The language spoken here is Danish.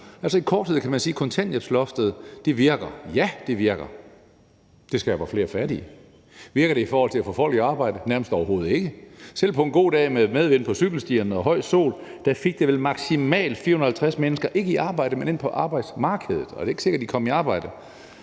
Altså, i korthed kan man sige, at kontanthjælpsloftet virker – ja, det virker: Det skaber flere fattige. Virker det i forhold til at få folk i arbejde? Nærmest overhovedet ikke. Selv på en god dag med medvind på cykelstierne og høj sol fik det vel maksimalt 450 mennesker, ikke i arbejde, men ind på arbejdsmarkedet, og det er ikke sikkert, at de kom i arbejde,